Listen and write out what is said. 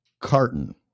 carton